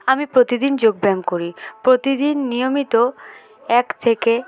আমি প্রতিদিন যোগব্যায়াম করি প্রতিদিন নিয়মিত এক থেকে